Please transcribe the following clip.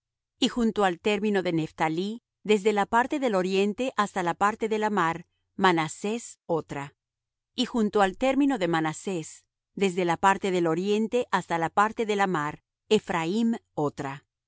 y junto al término de nephtalí desde la parte del oriente hasta la parte de la mar manasés otra y junto al término de manasés desde la parte del oriente hasta la parte de la mar ephraim otra